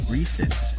Recent